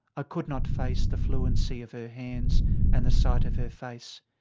i could not face the fluency of her hands and the sight of her face.